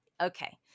Okay